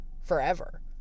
forever